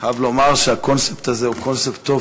אני חייב לומר שהקונספט הזה הוא קונספט טוב,